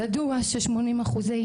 ידוע ששמונים אחוזים